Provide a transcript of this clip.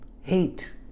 hate